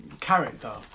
character